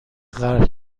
غرق